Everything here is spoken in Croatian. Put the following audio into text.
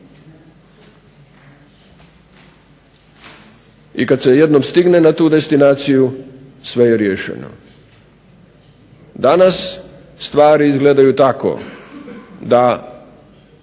i kad se jednom stigne na tu destinaciju sve je riješeno. Danas stvari izgledaju tako da